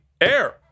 air